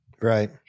Right